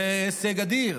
זה הישג אדיר.